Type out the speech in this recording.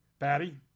Batty